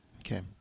Okay